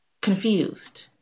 confused